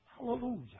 Hallelujah